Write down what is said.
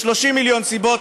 ו-30 מיליון סיבות,